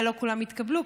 אולי לא כולן התקבלו,